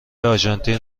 آرژانتین